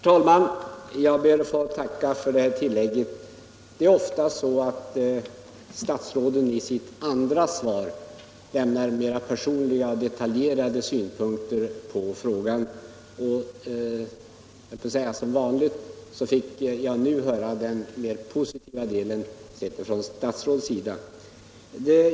Herr talman! Jag ber att få tacka för detta tillägg. Ofta är det så att statsråden i det andra anförandet lämnar mera personliga och detaljerade synpunkter på den fråga som diskuteras, och som vanligt fick jag därför nu höra den mera positiva delen av statsrådets svar.